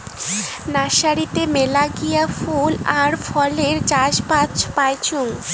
নার্সারিতে মেলাগিলা ফুল আর ফলের চারাগাছ পাইচুঙ